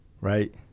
right